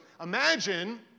imagine